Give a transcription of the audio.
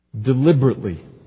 deliberately